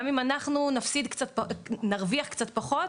גם אם אנחנו נרוויח קצת פחות,